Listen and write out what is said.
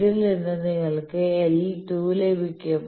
ഇതിൽ നിന്ന് നിങ്ങൾക്ക് l 2 ലഭിക്കും